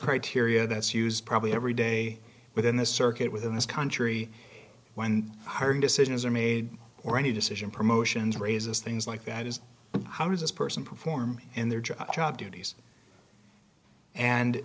criteria that's used probably every day within the circuit within this country when hiring decisions or me or any decision promotions raises things like that is how does this person perform in their job job duties and